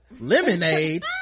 lemonade